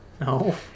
No